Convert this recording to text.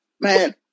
man